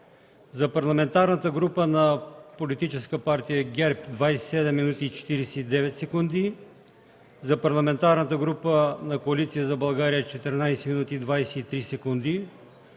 За Парламентарната група на Политическа партия ГЕРБ – 27 минути и 49 секунди, за Парламентарната група на Коалиция за България – 14 минути и 23 секунди,